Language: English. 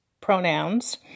pronouns